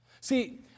See